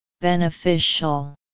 Beneficial